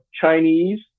Chinese